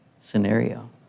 scenario